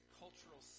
cultural